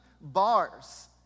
bars